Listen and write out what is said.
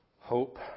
hope